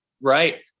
Right